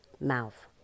mouth